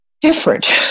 different